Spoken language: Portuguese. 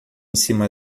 cima